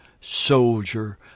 soldier